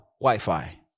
Wi-Fi